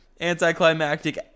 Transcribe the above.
anticlimactic